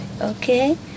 Okay